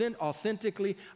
authentically